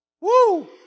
Woo